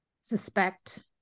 suspect